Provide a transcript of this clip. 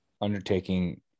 undertaking